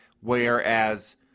whereas